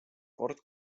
kord